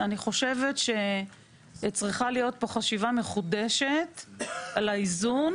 אני חושבת שצריכה להיות פה חשיבה מחודשת על האיזון,